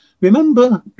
Remember